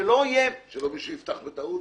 שלא מישהו יפתח בטעות.